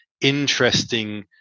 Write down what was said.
interesting